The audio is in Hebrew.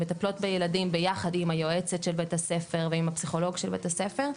מטפלות בילדים ביחד עם היועצת של בית הספר ועם הפסיכולוג של בית הספר.